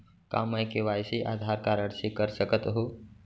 का मैं KYC Aadhaar card से कर सकत हो?